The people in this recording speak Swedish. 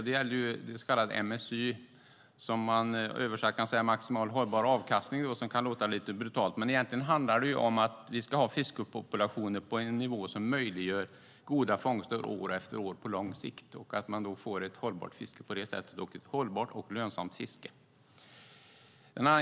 Det gäller det så kallat MSY, som kan översättas maximal hållbar avkastning. Det kan låta lite brutalt, men egentligen handlar det om att vi ska ha en fiskpopulation på en nivå som möjliggör goda fångster år efter år även på lång sikt så att vi på det sättet får ett hållbart och lönsamt fiske.